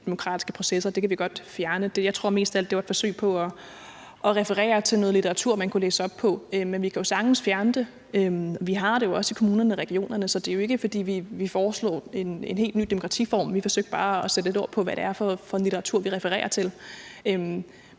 demokratiske processer«, så det kan vi godt fjerne. Jeg tror mest af alt, at det var et forsøg på at referere til noget litteratur, man kunne læse op på. Men vi kan jo sagtens fjerne det. Vi har det jo også i kommunerne og regionerne, så det er jo ikke, fordi vi foreslår en helt ny demokratiform. Vi forsøgte bare at sætte ord på, hvad det er for en litteratur, vi refererer til.